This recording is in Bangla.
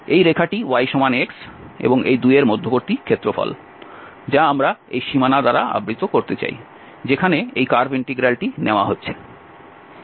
এই রেখাটি y x এবং এই দুইয়ের মধ্যবর্তী ক্ষেত্রফল যা আমরা এই সীমানা দ্বারা আবৃত করতে চাই যেখানে এই কার্ভ ইন্টিগ্রালটি নেওয়া হচ্ছে